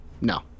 no